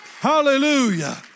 Hallelujah